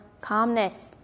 calmness